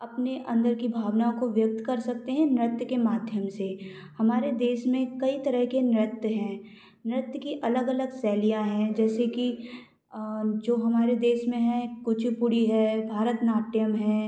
अपने अंदर की भावनाओं को व्यक्त कर सकते हैं नृत्य के माध्यम से हमारे देश में कई तरह के नृत्य हैं नृत्य की अलग अलग शैलियाँ हैं जैसे कि जो हमारे देश में है कुचीपुड़ी है भारतनाट्यम है